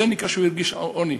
זה נקרא שהוא הרגיש עוני.